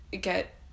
get